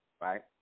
right